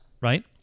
right